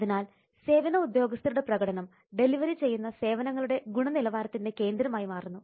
അതിനാൽ സേവന ഉദ്യോഗസ്ഥരുടെ പ്രകടനം ഡെലിവറി ചെയ്യുന്ന സേവനങ്ങളുടെ ഗുണനിലവാരത്തിൻറെ കേന്ദ്രമായി മാറുന്നു